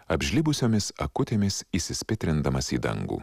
apžlibusiomis akutėmis įsispitrindamas į dangų